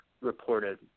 reported